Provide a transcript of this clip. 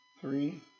Three